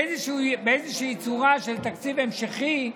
באיזו צורה של תקציב המשכי,